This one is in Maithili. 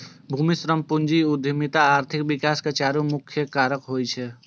भूमि, श्रम, पूंजी आ उद्यमिता आर्थिक विकास के चारि मुख्य कारक होइ छै